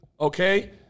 okay